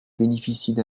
bénéficient